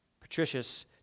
Patricius